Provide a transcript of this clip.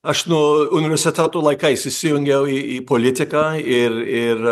aš nu universiteto laikais įsijungiau į į politiką ir ir